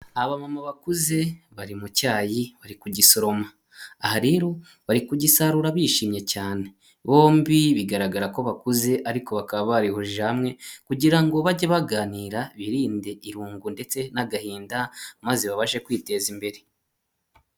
Abamama bakuze bari mu cyayi bari kugisoroma. Aha rero bari kugisarura bishimye cyane. Bombi bigaragara ko bakuze ariko bakaba barihurije hamwe kugira ngo bajye baganira birinde irungu ndetse n'agahinda maze babashe kwiteza imbere.